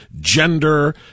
gender